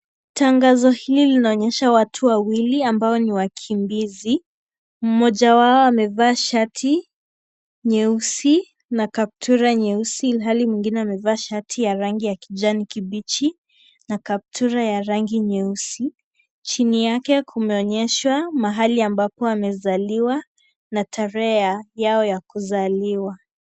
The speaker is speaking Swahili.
Tangazo hili linaonyesha watu wawili ambao ni wakimbizi. Mmoja wao amevaa shati nyeusi na kaptura nyeusi ilhali mwingine amevaa shati ya rangi ya kijani kibichi na kaptura ya rangi nyeusi. Chini yake kumeonyeshwa mahali ambapo wamezaliwa na tarehe yao ya kuzaliwa.